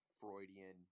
freudian